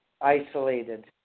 isolated